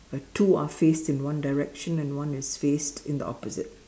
two are faced in one direction and one is faced in the opposite